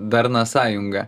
darną sąjungą